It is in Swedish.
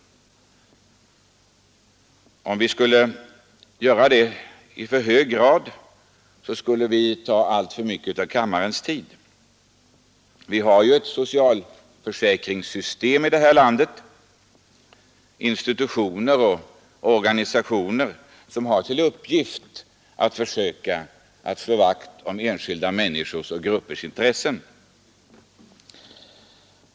Om vi skulle göra det i mycket hög grad skulle det te sig orimligt. Det finns ju ett socialförsäkrings system, och det finns institutioner och organisationer som har till uppgift att försöka att slå vakt om enskilda människors och gruppers intressen.